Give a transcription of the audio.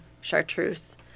Chartreuse